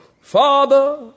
Father